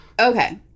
Okay